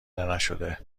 نشده